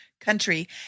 country